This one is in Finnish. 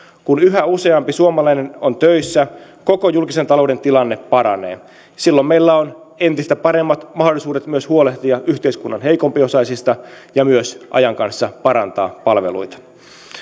kun yhä useampi suomalainen on töissä koko julkisen talouden tilanne paranee silloin meillä on entistä paremmat mahdollisuudet myös huolehtia yhteiskunnan heikompiosaisista ja ajan kanssa parantaa palveluita